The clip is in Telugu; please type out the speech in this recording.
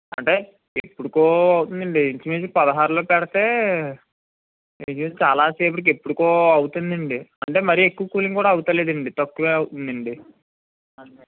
అంటే ఎప్పటికో అవుతుందండి ఇంచుమించు పదహారులో పెడితే చాలా సేపటికి ఎప్పటికో అవుతుందండి అంటే మరి ఎక్కువ కూలింగ్ కూడా అవ్వలేదండి తక్కువ అవుతుందండి అందుకని